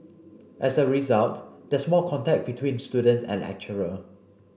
as a result there's more contact between students and lecturer